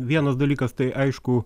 vienas dalykas tai aišku